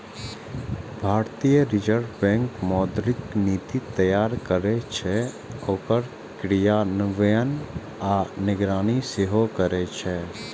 भारतीय reserve bank मौद्रिक नीति तैयार करै छै, ओकर क्रियान्वयन आ निगरानी सेहो करै छै